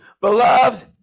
Beloved